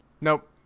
Nope